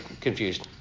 confused